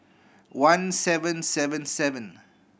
one seven seven seven